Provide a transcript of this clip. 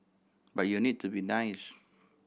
but you need to be nice